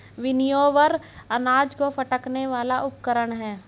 winnower अनाज को फटकने वाला उपकरण है